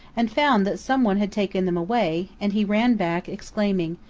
and found that some one had taken them away, and he ran back, exclaiming,